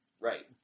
Right